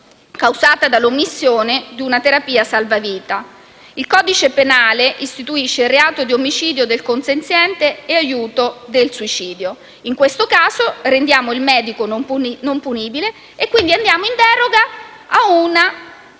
causata dalla omissione di una terapia salvavita. Il codice penale istituisce il reato di omicidio del consenziente e di aiuto del suicidio. In questo caso, rendiamo il medico non punibile e, quindi, andiamo in deroga a una